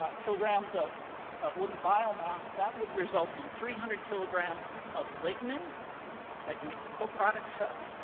yeah kilograms of of woody biomass, that would result in three hundred kilograms of lignins that you make the coproducts of,